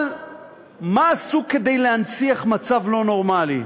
אבל מה עשו כדי להנציח מצב לא נורמלי?